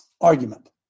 argument